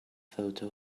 photo